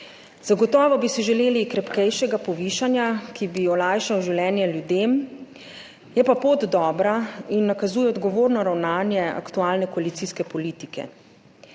Zagotovo bi si želeli krepkejšega povišanja, ki bi olajšalo življenje ljudem. Je pa pot dobra in nakazuje odgovorno ravnanje aktualne koalicijske politike.